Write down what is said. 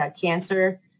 cancer